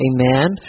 Amen